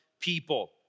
people